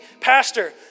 Pastor